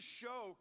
show